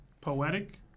poetic